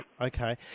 okay